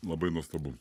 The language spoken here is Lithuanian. labai nuostabu